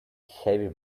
heavy